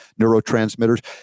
neurotransmitters